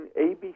ABC